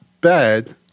bad